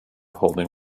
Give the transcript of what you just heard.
holding